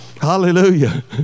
Hallelujah